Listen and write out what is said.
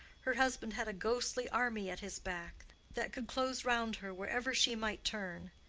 her husband had a ghostly army at his back, that could close round her wherever she might turn.